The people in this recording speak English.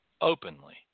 openly